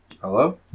Hello